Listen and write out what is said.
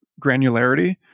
granularity